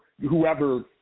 whoever